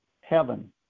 heaven